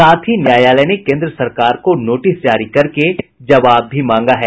साथ ही न्यायालय ने केंद्र सरकार को नोटिस जारी करके जवाब भी मांगा है